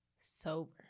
sober